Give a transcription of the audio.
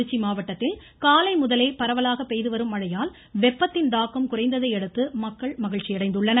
திருச்சி மாவட்டத்தில் காலை முதலே பரவலாக பெய்து வரும் மழையால் வெப்பத்தின் தாக்கம் குறைந்ததை அடுத்து மக்கள் மகிழ்ச்சியடைந்துள்ளனர்